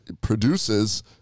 produces